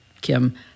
Kim